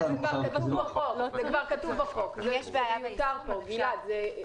אבל זה כבר כתוב בחוק, זה מיותר פה, גלעד.